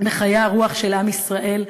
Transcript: בחיי הרוח של עם ישראל,